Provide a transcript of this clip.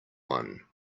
one